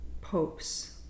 popes